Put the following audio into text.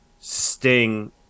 Sting